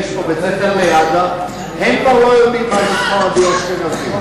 אנחנו שומעים את המריבה בין הליכוד לקדימה מי יותר הזיק לחרדים,